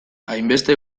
hainbeste